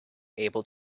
able